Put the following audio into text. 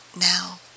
now